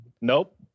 Nope